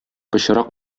пычрак